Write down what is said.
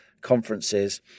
conferences